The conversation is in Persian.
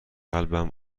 قلبم